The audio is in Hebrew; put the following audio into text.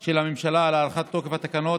של הממשלה על הארכת תוקף התקנות,